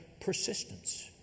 persistence